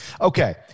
Okay